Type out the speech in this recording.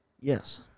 Yes